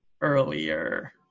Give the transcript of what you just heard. earlier